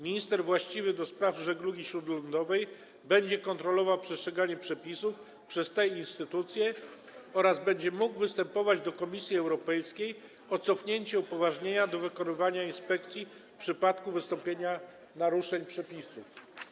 Minister właściwy do spraw żeglugi śródlądowej będzie kontrolował przestrzeganie przepisów przez te instytucje oraz będzie mógł występować do Komisji Europejskich o cofnięcie upoważnienia do wykonywania inspekcji w przypadku wystąpienia naruszeń przepisów.